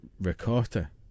recorder